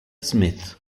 smith